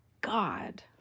God